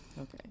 Okay